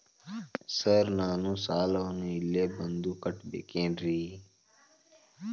Sir ನಾನು ಸಾಲವನ್ನು ಇಲ್ಲೇ ಬಂದು ಕಟ್ಟಬೇಕೇನ್ರಿ?